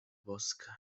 boska